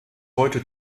heute